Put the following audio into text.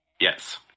Yes